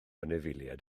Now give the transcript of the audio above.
anifeiliaid